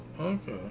Okay